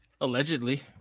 Allegedly